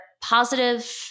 positive